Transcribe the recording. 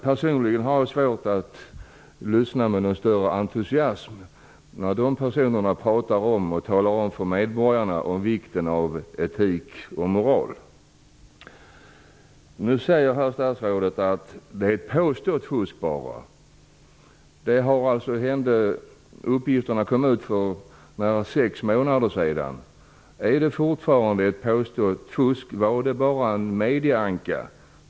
Personligen har jag svårt att lyssna med någon större entusiasm när dessa för medborgarna talar om vikten av etik och moral. Statsrådet säger att det bara är fråga om påstått fusk. Uppgifterna kom ut för nära sex månader sedan. Är det fortfarande bara fråga om ett påstått fusk? Var det bara en medieanka?